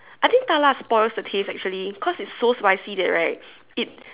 I think 大辣 spoils the taste actually cause it's so spicy that right it